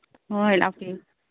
ꯍꯣꯏ ꯂꯥꯛꯄꯤꯌꯨ